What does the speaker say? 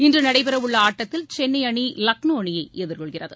இன்று நடைபெறவுள்ள ஆட்டத்தில் சென்னை அணி லக்னோ அணியை எதிர்கொள்கிறது